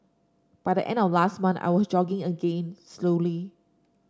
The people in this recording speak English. by the end of last month I was jogging again slowly